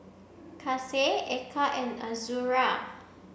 Kasih Eka and Azura